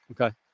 Okay